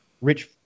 Rich